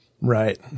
Right